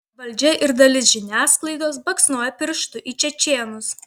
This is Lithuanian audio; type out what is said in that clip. valdžia ir dalis žiniasklaidos baksnoja pirštu į čečėnus